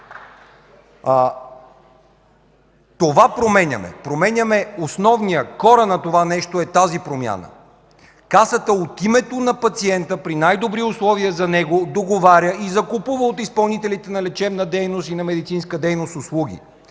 Това променяме, променяме основното, коренът на законопроекта е тази промяна. Касата от името на пациента при най-добри условия за него договаря и купува от изпълнителите на лечебна дейност и медицинска дейност услуги,